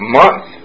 month